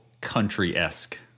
country-esque